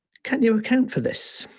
can you account for this?